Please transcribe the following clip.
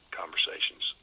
conversations